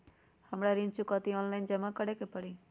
हमरा ऋण चुकौती ऑनलाइन जमा करे के परी?